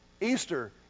Easter